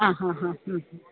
ആ ഹാ ഹാ ഹും ഹും